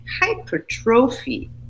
hypertrophy